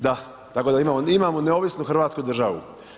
Da, tako da imamo neovisnu hrvatsku državu.